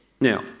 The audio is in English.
Now